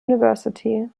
university